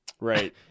Right